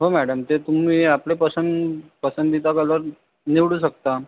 हो मॅडम ते तुम्ही आपलं पसं पसंदीचा कलर निवडू शकता